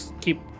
keep